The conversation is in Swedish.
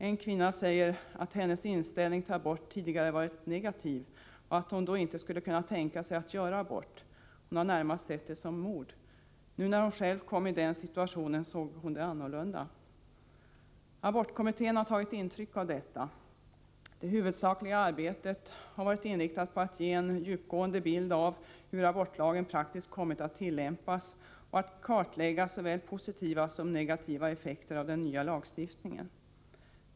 En kvinna säger att hennes inställning till abort tidigare varit negativ, och att hon då inte skulle kunna tänka sig att göra abort. Hon har närmast sett det som mord. Nu när hon själv kom i den här situationen såg hon det annorlunda. Abortkommittén har tagit intryck av detta. Det huvudsakliga arbetet har varit inriktat på att ge en djupgående bild av hur abortlagen praktiskt kommit att tillämpas och att kartlägga såväl positiva som negativa effekter av den nya lagstiftningen.